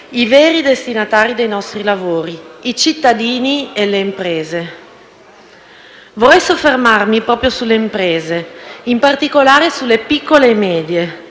i veri destinatari dei nostri lavori: i cittadini e le imprese. Vorrei soffermarmi proprio sulle imprese, in particolare su quelle piccole e medie,